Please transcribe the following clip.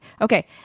okay